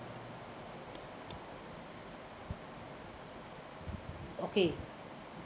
okay